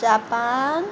Japan